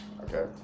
okay